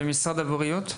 ובמשרד הבריאות,